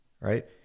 right